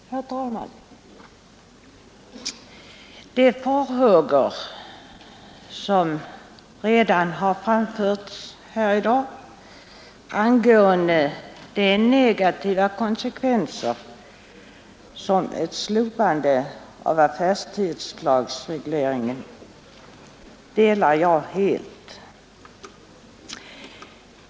Herr talman! De farhågor som redan har framförts här i dag angående de negativa konsekvenser som ett slopande av affärstidsregleringen får delar jag helt.